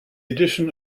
addition